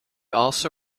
also